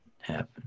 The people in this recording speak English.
happen